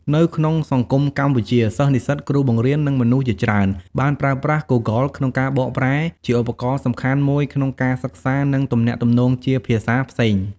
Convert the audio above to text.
នៅក្នុងសង្គមកម្ពុជា សិស្សនិស្សិត គ្រូបង្រៀន និងមនុស្សជាច្រើន បានប្រើប្រាស់ Googleក្នុងការបកប្រែ ជាឧបករណ៍សំខាន់មួយក្នុងការសិក្សា និងទំនាក់ទំនងជាភាសាផ្សេង។